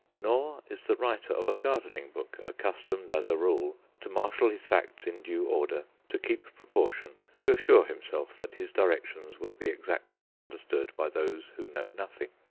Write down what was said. nor is the writer of a gardening book accustomed, as a rule, to marshal his facts in due order, to keep proportion, to assure himself that his directions will be exactly understood by those who know nothing.